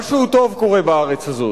משהו טוב קורה בארץ הזאת.